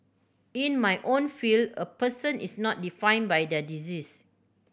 in my own field a person is not define by their disease